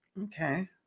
Okay